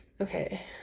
Okay